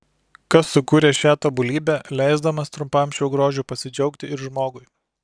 kas sukūrė šią tobulybę leisdamas trumpam šiuo grožiu pasidžiaugti ir žmogui